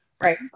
Right